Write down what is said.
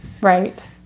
Right